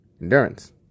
endurance